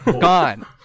Gone